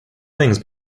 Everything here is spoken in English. things